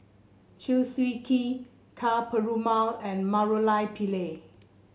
Chew Swee Kee Ka Perumal and Murali Pillai